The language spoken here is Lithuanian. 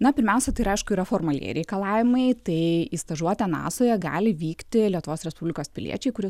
na pirmiausia tai yra aišku yra formaliai reikalavimai tai į stažuotę nasoje gali vykti lietuvos respublikos piliečiai kurie